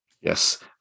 Yes